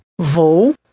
Vou